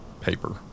paper